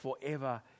forever